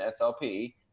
SLP